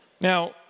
Now